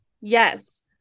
Yes